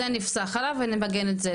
זה נפסח עליו ונמגן את זה,